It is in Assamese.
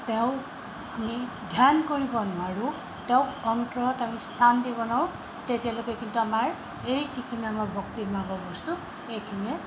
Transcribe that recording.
তেওঁক আমি ধ্যান কৰিব নোৱাৰোঁ তেওঁক অন্তৰত আমি স্থান দিব নোৱাৰোঁ তেতিয়ালৈকে কিন্তু আমাৰ এই যিখিনি আমাৰ ভক্তি মাৰ্গৰ বস্তু এইখিনিয়ে